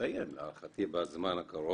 ניתנה הארכה.